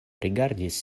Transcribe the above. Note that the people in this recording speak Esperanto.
rigardis